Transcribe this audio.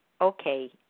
okay